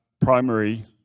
primary